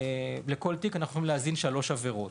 לכל תיק אנחנו יכולים להזין שלוש עבירות.